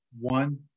one